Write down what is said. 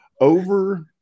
Over